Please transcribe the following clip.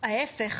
ההפך.